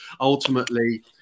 ultimately